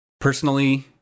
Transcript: Personally